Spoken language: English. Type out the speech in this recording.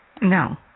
No